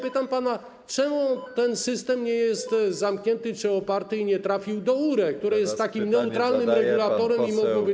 Pytam pana, czemu ten system nie jest zamknięty czy oparty i nie trafił do URE, które jest neutralnym regulatorem i mogłoby to przyjąć.